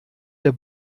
der